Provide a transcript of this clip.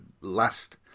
last